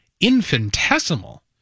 infinitesimal